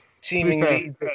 seemingly